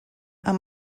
amb